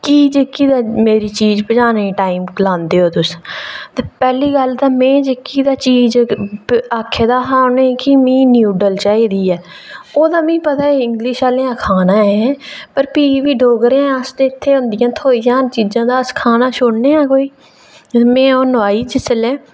की जेह्की मेरी चीज पजानै गी लांदे ओ तुस टाइम ते पैह्ली गल्ल ते में जेह्की चीज आक्खै दा हा कि में उ'नें गी न्यूड्ल चाहिदी ऐ ओह्दा मिगी पता इंग्लिश आह्लें गै खाना ऐ ते भी बी डोगरें आं अस इत्थै थ्होई जान चीजां ते खाना छोड़ने आं अस ते में ओह् नोहाई जिसलै